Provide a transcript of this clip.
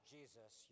Jesus